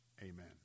amen